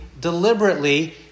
deliberately